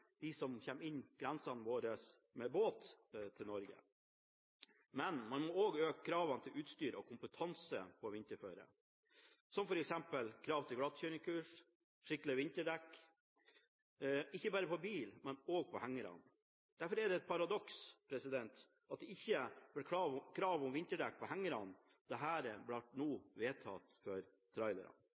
som kommer med båt til Norge. Men man må også øke kravene til utstyr og kompetanse for vinterføre, som f.eks. krav til glattkjøringskurs, skikkelige vinterdekk – ikke på bare på bilen, men også på hengerne. Derfor er det et paradoks at det ikke ble krav om vinterdekk på hengerne da dette nå ble vedtatt for trailerne,